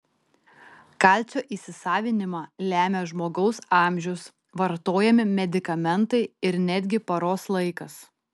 kalcio įsisavinimą lemia žmogaus amžius vartojami medikamentai ir netgi paros laikas